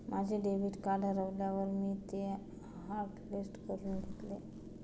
माझे debit card हरवल्यावर मी ते हॉटलिस्ट करून घेतले